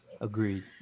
Agreed